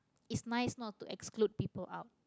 is nice not to exclude people out